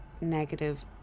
negative